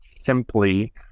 simply